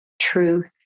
truth